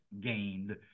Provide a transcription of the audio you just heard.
gained